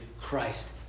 Christ